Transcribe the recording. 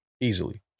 easily